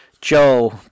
Joe